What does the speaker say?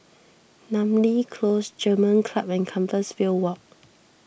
Namly Close German Club and Compassvale Walk